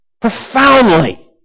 profoundly